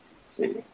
see